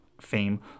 Fame